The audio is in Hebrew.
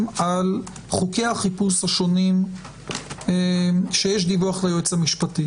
על חוקי החיפוש השונים שיש דיווח ליועץ המשפטי.